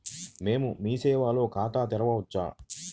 మేము మీ సేవలో ఖాతా తెరవవచ్చా?